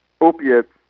opiates